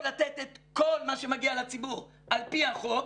לתת את כל מה שמגיע לציבור על פי החוק,